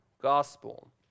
gospel